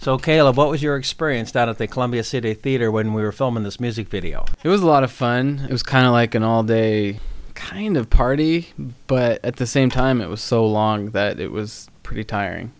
caleb what was your experience not at the columbia city theater when we were filming this music video it was a lot of fun it was kind of like an all day kind of party but at the same time it was so long that it was pretty tiring